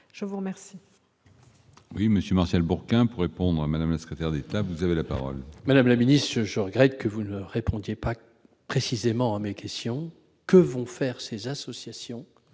je vous remercie